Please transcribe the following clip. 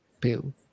Bill